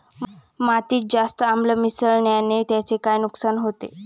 मातीत जास्त आम्ल मिसळण्याने त्याचे काय नुकसान होते?